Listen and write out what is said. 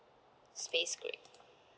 space grey